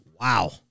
Wow